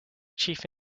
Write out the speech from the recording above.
chief